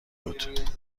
بود